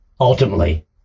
Ultimately